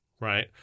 Right